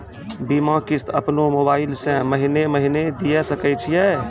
बीमा किस्त अपनो मोबाइल से महीने महीने दिए सकय छियै?